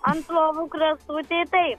ant lovųkraštų tai taip